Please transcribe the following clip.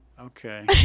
Okay